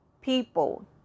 people